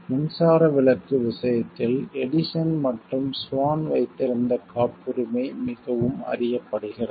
மின்சார விளக்கு விஷயத்தில் எடிசன் மற்றும் ஸ்வான் வைத்திருந்த காப்புரிமை மிகவும் அறியப்படுகிறது